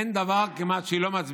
אין כמעט דבר שהיא לא מצביעה